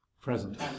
present